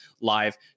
live